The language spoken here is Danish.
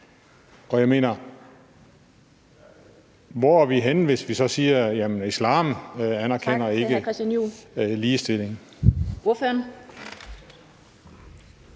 Og jeg mener: Hvor er vi henne, hvis vi så siger, at islam ikke anerkender ligestilling?